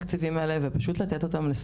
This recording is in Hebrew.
התקציב ידוע והוא רק קטן.